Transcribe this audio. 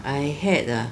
I had ah